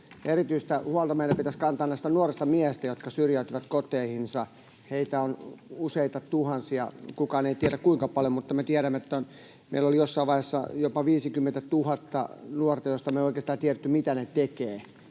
Erityistä huolta meidän pitäisi kantaa nuorista miehistä, jotka syrjäytyvät koteihinsa. Heitä on useita tuhansia. Kukaan ei tiedä, kuinka paljon, mutta me tiedämme, että meillä oli jossain vaiheessa jopa 50 000 nuorta, joista me ei oikeastaan tiedetty, mitä he tekevät.